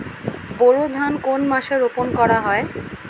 বোরো ধান কোন মাসে রোপণ করা হয়?